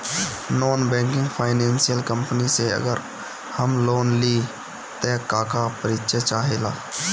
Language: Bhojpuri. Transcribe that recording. नॉन बैंकिंग फाइनेंशियल कम्पनी से अगर हम लोन लि त का का परिचय चाहे ला?